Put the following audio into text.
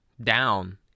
down